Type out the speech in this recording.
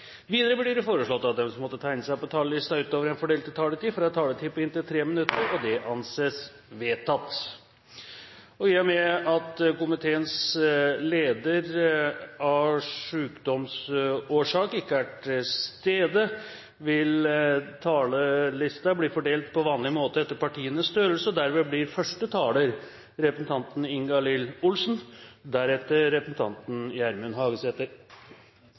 Videre blir det foreslått at de som måtte tegne seg på talerlisten utover den fordelte taletid, får en taletid på inntil 3 minutter. – Det anses vedtatt. I og med at komiteens leder av sykdomsårsak ikke er til stede, vil talelisten blir fordelt på vanlig måte etter partienes størrelse. Dermed blir første taler representanten Ingalill Olsen og deretter representanten Gjermund Hagesæter.